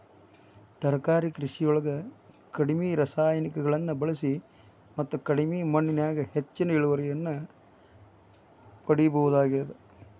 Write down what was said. ತರಕಾರಿ ಕೃಷಿಯೊಳಗ ಕಡಿಮಿ ರಾಸಾಯನಿಕಗಳನ್ನ ಬಳಿಸಿ ಮತ್ತ ಕಡಿಮಿ ಮಣ್ಣಿನ್ಯಾಗ ಹೆಚ್ಚಿನ ಇಳುವರಿಯನ್ನ ಪಡಿಬೋದಾಗೇತಿ